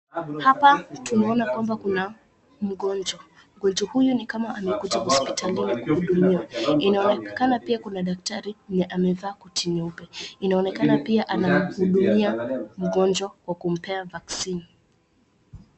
Hapa tumeona kwamba kuna mgonjwa, mgonjwa huyu ni kama amekuja hosiptalini kuhudumiwa, inaonekana pia kuna daktari mwenye amevaa koti nyeupe, inaonekana pia anamhudumia mgonjwa kwa kumpea vaccine .